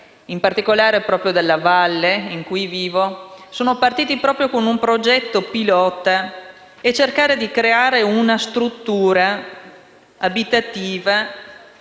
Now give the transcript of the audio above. in particolare proprio dalla valle in cui vivo, sono partiti con un progetto pilota per cercare di creare una struttura abitativa,